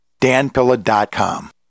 danpilla.com